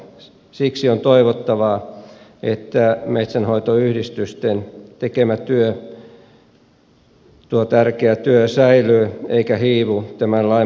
siksi on toivottavaa että metsänhoitoyhdistysten tekemä tärkeä työ säilyy eikä hiivu tämän lainmuutoksen myötä